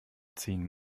ziehen